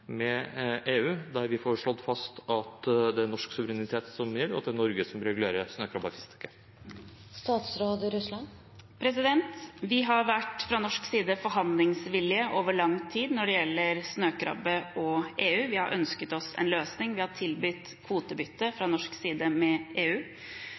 med EU der vi får slått fast at det er norsk suverenitet som gjelder, og at det er Norge som regulerer snøkrabbefisket? Vi har fra norsk side vært forhandlingsvillige over lang tid når det gjelder snøkrabbe og EU. Vi har ønsket en løsning, vi har tilbudt kvotebytte